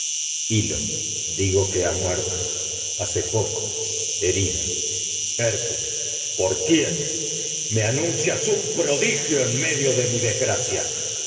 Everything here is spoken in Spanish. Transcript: hijo hil lo digo que ha muerto hace poco herida me hércules medio de por quién anuncias un prodigio en mi desg'raeia